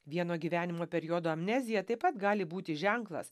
vieno gyvenimo periodo amnezija taip pat gali būti ženklas